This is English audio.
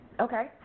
Okay